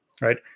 right